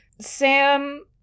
Sam